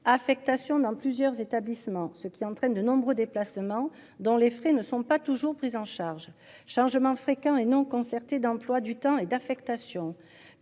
affectation dans plusieurs établissements, ce qui entraîne de nombreux déplacements dans les frais ne sont pas toujours prises en charge changements fréquents et non concertée d'emploi du temps et d'affectation.